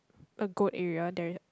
a goat area there're